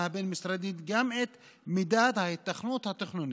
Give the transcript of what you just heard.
הבין-משרדית גם את מידת ההיתכנות התכנונית.